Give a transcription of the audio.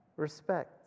Respect